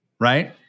right